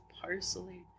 parsley